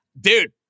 Dude